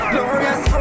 Glorious